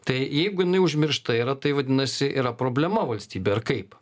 tai jeigu jinai užmiršta yra tai vadinasi yra problema valstybė ar kaip